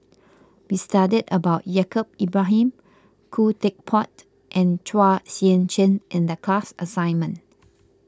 we studied about Yaacob Ibrahim Khoo Teck Puat and Chua Sian Chin in the class assignment